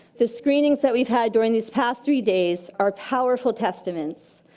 the screenings that we've had during these past three days are powerful testaments.